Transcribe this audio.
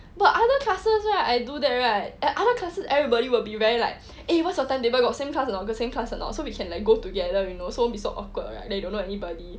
but other classes right I do that right eh other classes everybody will be very like eh what's your timetable got same class or not got same class or not so we can like go together you know so won't be so awkward right then you will know everybody